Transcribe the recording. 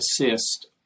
assist